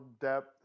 depth